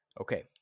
Okay